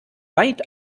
weit